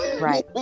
Right